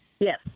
Yes